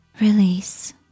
Release